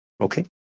Okay